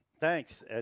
thanks